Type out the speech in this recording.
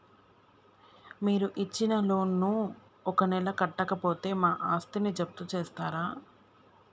మీరు ఇచ్చిన లోన్ ను ఒక నెల కట్టకపోతే మా ఆస్తిని జప్తు చేస్తరా?